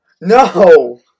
No